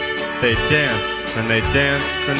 they'd dance and they'd dance.